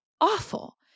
awful